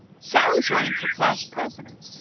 sallie is running for class president,